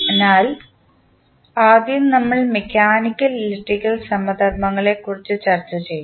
അതിനാൽ ആദ്യം നമ്മൾ മെക്കാനിക്കൽ ഇലക്ട്രിക്കൽ സമധർമ്മങ്ങളെക്കുറിച്ച് ചർച്ച ചെയ്യും